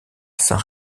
saint